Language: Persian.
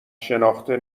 شناخته